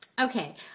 Okay